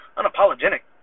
unapologetic